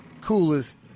coolest